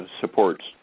supports